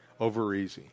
Overeasy